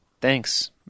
Thanks